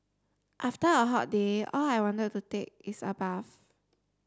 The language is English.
after a hot day all I want to take is a bath